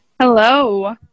Hello